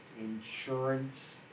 insurance